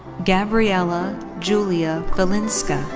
gabriela julia felinska.